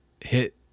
hit